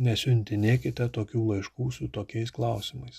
nesiuntinėkite tokių laiškų su tokiais klausimais